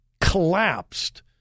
collapsed